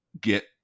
get